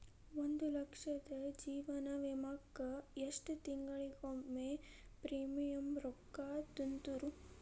ಒಂದ್ ಲಕ್ಷದ ಜೇವನ ವಿಮಾಕ್ಕ ಎಷ್ಟ ತಿಂಗಳಿಗೊಮ್ಮೆ ಪ್ರೇಮಿಯಂ ರೊಕ್ಕಾ ತುಂತುರು?